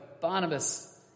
Barnabas